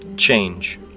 change